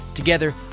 Together